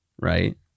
right